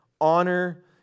Honor